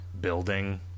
building